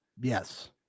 yes